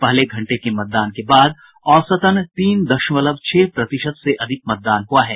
पहले घंटे के मतदान के बाद औसतन तीन दशमलव छह प्रतिशत से अधिक मतदान हुआ है